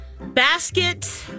Basket